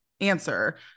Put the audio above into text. answer